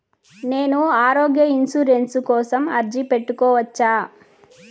నేను ఆరోగ్య ఇన్సూరెన్సు కోసం అర్జీ పెట్టుకోవచ్చా?